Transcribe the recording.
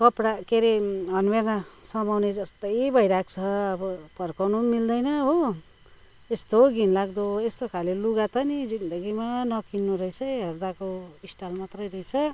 कपडा के अरे उयो भन्नेमा समाउने जस्तै भइरहेको छ अब फर्काउनु पनि मिल्दैन हो यस्तो घिनलाग्दो यस्तो खाले लुगा त जिन्दगीमा नकिन्नु रहेछ है हेर्दाको स्टाइल मात्रै रहेछ